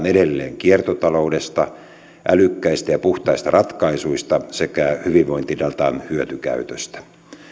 edelleen kiertotaloudesta älykkäistä ja puhtaista ratkaisuista sekä hyvinvointidatan hyötykäytöstä